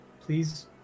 please